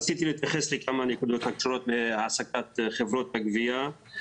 רציתי להתייחס לכמה נקודות שקשורות בהעסקת חברות הגבייה.